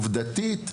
עובדתית,